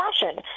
fashion